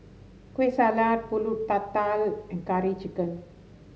Kueh Salat pulut tatal and Curry Chicken